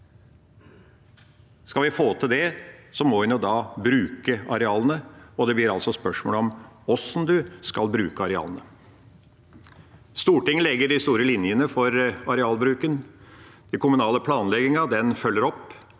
Skal vi få til det, må en jo bruke arealene, og det blir altså et spørsmål om hvordan en skal bruke arealene. Stortinget legger de store linjene for arealbruken. Den kommunale planleggingen følger opp,